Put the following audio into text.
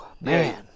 man